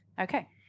Okay